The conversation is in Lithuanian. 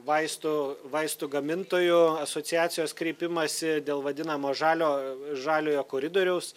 vaistų vaistų gamintojų asociacijos kreipimąsi dėl vadinamo žalio žaliojo koridoriaus